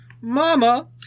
Mama